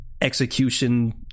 execution